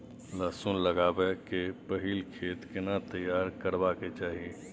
लहसुन लगाबै के पहिले खेत केना तैयार करबा के चाही?